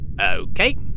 Okay